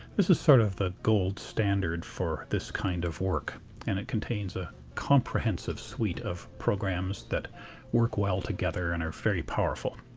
this is sort of the gold standard for this kind of work and it contains a comprehensive suite of programs that work well together and are very powerful.